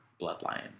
bloodline